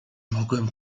mogłem